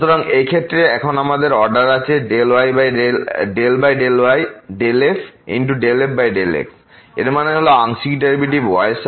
সুতরাং এই ক্ষেত্রে আমাদের এখন অর্ডার আছে ∂y∂f∂x এর মানে হল আংশিক ডেরিভেটিভ y এর সাপেক্ষে fx ফাংশনের এর